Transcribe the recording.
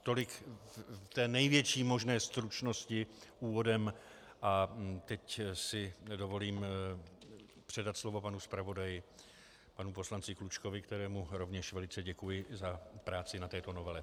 Tolik v té největší možné stručnosti úvodem a teď si dovolím předat slovo panu zpravodaji panu poslanci Klučkovi, kterému rovněž velice děkuji za práci na této novele.